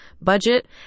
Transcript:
budget